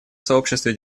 сообществе